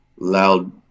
loud